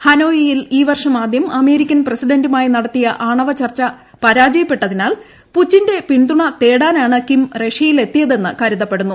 ഹനോയിയിൽ ഈ വർഷം ആദ്യം അമേരിക്കൻ പ്രസിഡന്റുമായി നടത്തിയ ആണവ ചർച്ച പരാജയപ്പെട്ടതിനാൽ പുചിന്റെ പിന്തുണ തേടാനാണ് കിം റഷ്യയിലെത്തിയതെന്ന് കരുതപ്പെടുന്നു